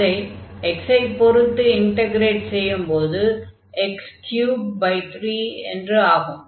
அதை x ஐ பொருத்து இன்டக்ரேட் செய்யும்போது x33 என்று ஆகும்